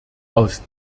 aus